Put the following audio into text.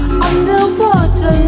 underwater